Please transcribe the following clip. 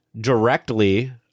directly